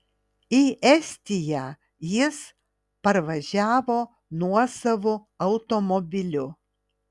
į estiją jis parvažiavo nuosavu automobiliu